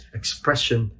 expression